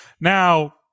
Now